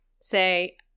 Say